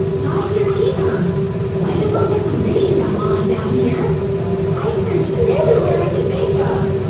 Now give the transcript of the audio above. not here, either might as well get some reading done while i'm down here i've searched and everywhere i can think of!